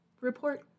Report